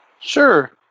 Sure